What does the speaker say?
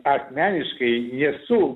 asmeniškai nesu